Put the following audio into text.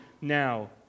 now